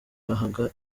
bahanga